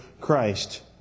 Christ